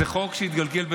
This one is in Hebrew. זה חוק שהתגלגל.